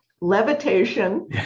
levitation